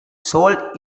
sold